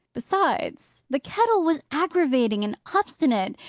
besides, the kettle was aggravating and obstinate.